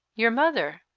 your mother.